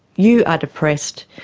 you are depressed,